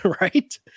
right